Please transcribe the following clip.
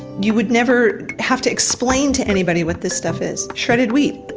you would never have to explain to anybody what this stuff is. shredded wheat,